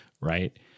right